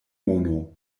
mono